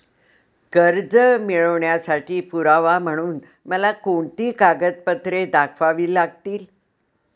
कर्ज मिळवण्यासाठी पुरावा म्हणून मला कोणती कागदपत्रे दाखवावी लागतील?